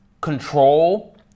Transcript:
control